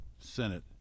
Senate